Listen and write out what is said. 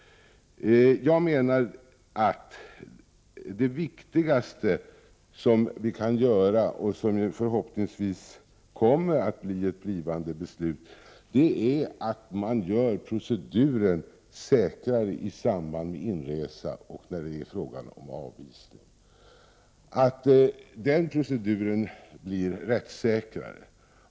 Jag menar att det viktigaste som vi kan göra och som förhoppningsvis ett blivande beslut kommer att innebära är att man gör proceduren säkrare i samband med inresa och när det är fråga om avvisning. Den proceduren måste alltså bli rättssäkrare.